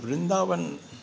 त वृंदावन